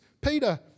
Peter